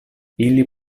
ili